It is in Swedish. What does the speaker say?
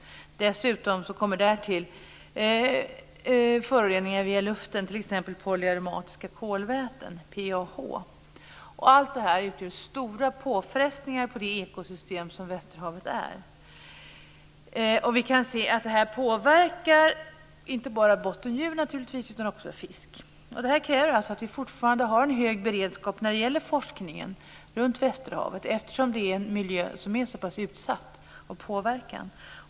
Därtill kommer föroreningar via luften, t.ex. polyaromatiska kolväten, PAH. Allt detta utgör stora påfrestningar på det ekosystem som Västerhavet är. Detta påverkar naturligtvis inte bara bottendjur utan också fisk. Det kräver att vi fortsatt har en hög beredskap när det gäller forskningen runt Västerhavet, eftersom det är en miljö som är så pass utsatt för påverkan.